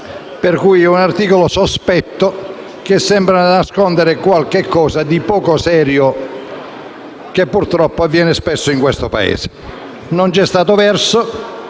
di un articolo sospetto che sembra nascondere qualcosa di poco serio, come purtroppo avviene spesso nel nostro Paese. Non c'è stato verso